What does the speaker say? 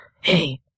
Hey